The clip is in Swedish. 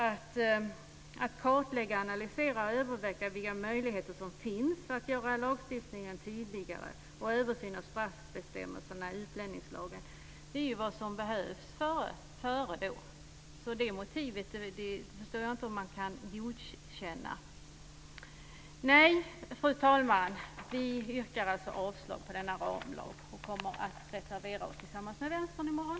Att kartlägga, analysera och överväga vilka möjligheter som finns att göra lagstiftningen tydligare, liksom att se över straffbestämmelserna i utlänningslagen, är ju vad som behövs innan man gör detta. Det motivet förstår jag inte hur man kan godkänna. Nej, fru talman, vi yrkar alltså avslag på denna ramlag och kommer att reservera oss tillsammans med Vänstern i morgon.